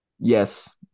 Yes